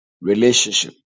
relationship